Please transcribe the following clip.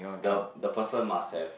the the person must have